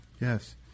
Yes